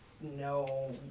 no